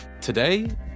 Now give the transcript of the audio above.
Today